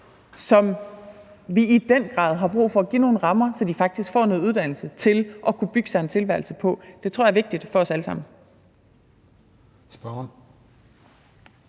som vi i den grad har brug for at give nogle rammer, så de faktisk får noget uddannelse, som de kan bygge en tilværelse på. Det tror jeg er vigtigt for os alle sammen.